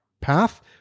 path